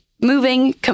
moving